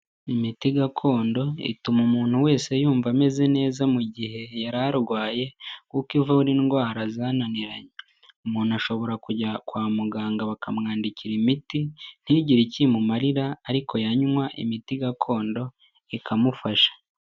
Imiti gakondo ituma umuntu wese yumva ameze neza mu gihe yararwaye, kuko ivura indwara zananiranye. Umuntu ashobora kujya kwa muganga bakamwandikira imiti ntigire icyo imumarira, ariko yanywa imiti gakondo ikamufasha.